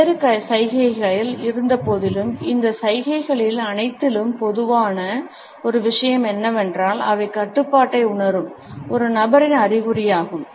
வெவ்வேறு சைகைகள் இருந்தபோதிலும் இந்த சைகைகளில் அனைத்திலும் பொதுவான ஒரு விஷயம் என்னவென்றால் அவை கட்டுப்பாட்டை உணரும் ஒரு நபரின் அறிகுறியாகும்